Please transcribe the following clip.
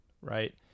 right